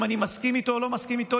אם אני מסכים איתו או לא מסכים איתו,